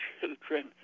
children